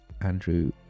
Andrew